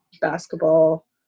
basketball